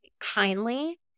kindly